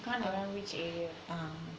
can't remember which area